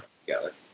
Together